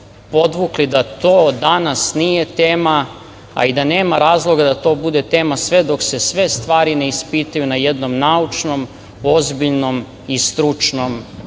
podvukle da to danas nije tema, a i da nema razloga da to bude tema sve dok se sve stvari ne ispitaju na jednom naučnom, ozbiljnom i stručnom